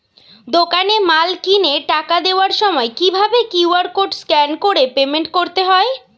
দোকানে মাল কিনে টাকা দেওয়ার সময় কিভাবে কিউ.আর কোড স্ক্যান করে পেমেন্ট করতে হয়?